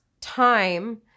time